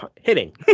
hitting